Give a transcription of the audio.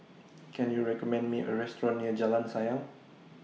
Can YOU recommend Me A Restaurant near Jalan Sayang